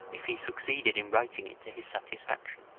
if he succeeded in writing it to his satisfaction.